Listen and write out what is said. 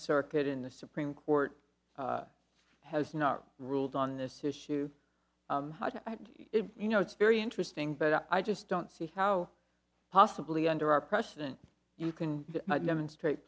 circuit in the supreme court has not ruled on this issue you know it's very interesting but i just don't see how possibly under our president you can demonstrate